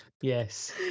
Yes